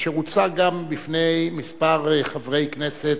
אשר הוצג גם בפני כמה חברי כנסת,